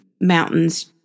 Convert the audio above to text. Mountains